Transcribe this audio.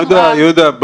יהודה,